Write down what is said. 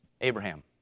Abraham